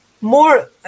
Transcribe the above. More